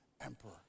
emperor